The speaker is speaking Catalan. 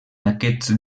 aquests